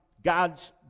God's